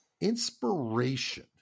Inspiration